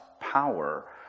power